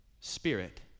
Spirit